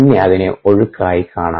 പിന്നെ അതിനെ ഒഴുക്കായി കാണാം